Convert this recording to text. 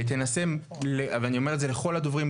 תנסה ואני אומר את זה לכל הדוברים,